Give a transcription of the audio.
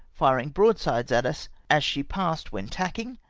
firing broadsides at us as she passed when tacking,